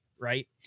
right